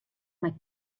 mei